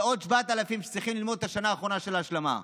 ועוד 7,000 שצריכות ללמוד את השנה האחרונה של ההשלמה.